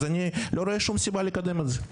לכן, אני לא רואה שום סיבה לקדם את זה.